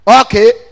Okay